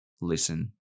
listen